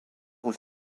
aux